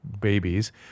babies